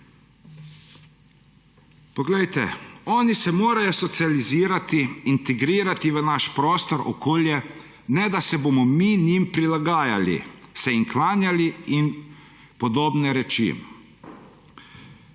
Poglejte, oni se morajo socializirati, integrirati v naš prostor, okolje, ne, da se bomo mi njim prilagajali, se jim klanjali in podobne reči.